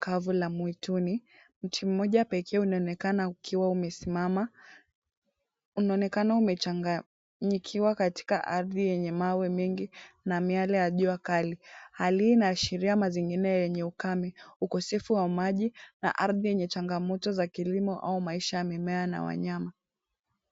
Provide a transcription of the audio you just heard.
Kavu la mwituni, mti mmoja pekee unaonekana ukiwa umesimama, unaonekana umechanganyikiwa katika ardhi yenye mawe mengi na miale ya jua kali. Hali hii inaashiria mazingira yenye ukame, ukosefu wa maji na ardhi yenye changamoto za kilimo au maisha ya mimea na wanyama.